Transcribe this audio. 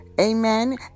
Amen